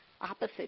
opposite